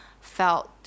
felt